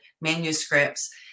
manuscripts